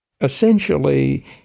Essentially